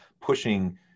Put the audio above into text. pushing